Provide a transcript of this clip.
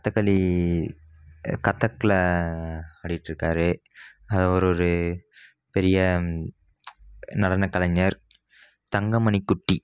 கத்தகளி கதக்கில் ஆடிட்டு இருக்கார் அது ஒரு ஒரு பெரிய நடன கலைஞர் தங்க மணி குட்டி